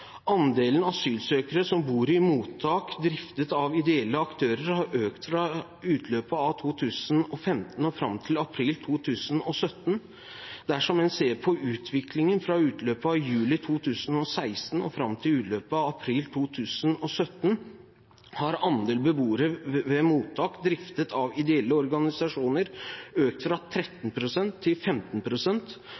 Andelen asylsøkere som bor i mottak driftet av ideelle aktører, har økt fra utløpet av 2015 og fram til april 2017. Dersom en ser på utviklingen fra utløpet av juli 2016 og fram til utløpet av april 2017, har andelen beboere ved mottak driftet av ideelle organisasjoner økt fra